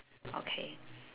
okay